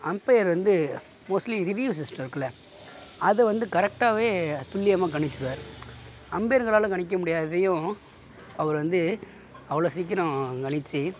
umpire வந்து mostly review system இருக்குல்ல அதை வந்து கரெக்டாகவே துல்லியமாக கணிச்சிருவார் அம்பயருங்களால் கணிக்க முடியாததையும் அவர் வந்து அவ்வளோ சீக்கிரம் கணித்து